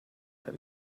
him